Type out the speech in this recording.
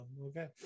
Okay